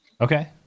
Okay